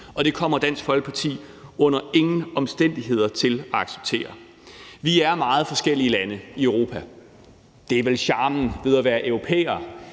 Det kommer Dansk Folkeparti under ingen omstændigheder til at acceptere. Vi er meget forskellige lande i Europa; det er vel charmen ved at være europæer.